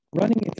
running